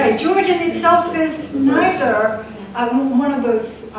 ah georgia and southwest, neither are one of those,